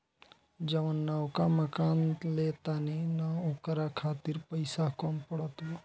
जवन नवका मकान ले तानी न ओकरा खातिर पइसा कम पड़त बा